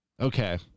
Okay